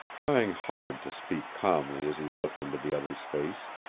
trying hard to speak calmly as he looked into the other's face.